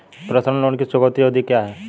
Personal loan की चुकौती अवधि क्या है?